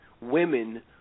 Women